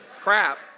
crap